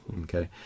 Okay